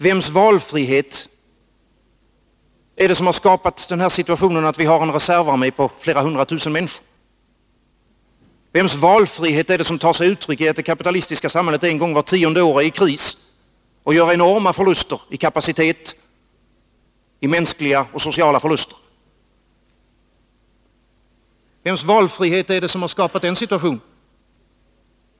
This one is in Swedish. Vems valfrihet är det som har skapat situationen att vi har en reservarmé på flera hundra tusen människor? Vems valfrihet är det som tar sig uttryck i att det kapitalistiska samhället en gång vart tionde år är i kris och gör enorma förluster i kapacitet samt mänskliga och sociala förluster? Vems valfrihet är det som har skapat den situationen?